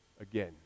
again